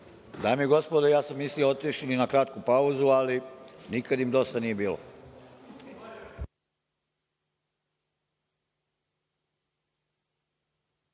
Dame i gospodo, ja sam mislio otišli na kratku pauzu, ali nikad im dosta nije bilo.